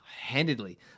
handedly